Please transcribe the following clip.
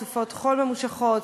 סופות חול ממושכות,